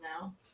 now